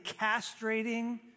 castrating